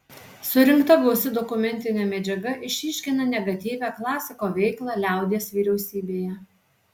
surinkta gausi dokumentinė medžiaga išryškina negatyvią klasiko veiklą liaudies vyriausybėje